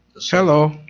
Hello